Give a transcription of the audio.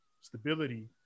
stability